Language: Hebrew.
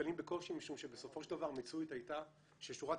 נתקלים בקושי משום שבסופו של דבר המציאות הייתה ששורת